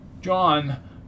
John